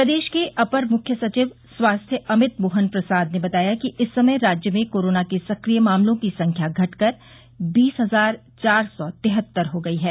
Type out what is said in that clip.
प्रदेश के अपर मुख्य सचिव स्वास्थ्य अमित मोहन प्रसाद ने बताया कि इस समय राज्य में कोरोना के सक्रिय मामलों की संख्या घटकर बीस हजार चार सौ तिहत्तर हो गई है